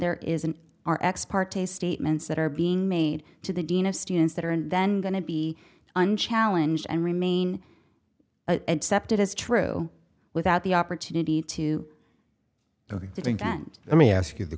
there is an r ex parte statements that are being made to the dean of students that are and then going to be unchallenged and remain accepted as true without the opportunity to think and let me ask you the